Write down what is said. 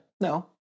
No